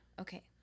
Okay